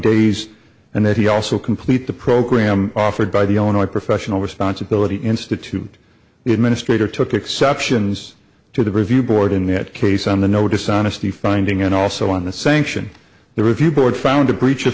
days and that he also complete the program offered by the only professional responsibility institute the administrator took exceptions to the review board in that case on the no dishonesty finding and also on the sanction the review board found a breach of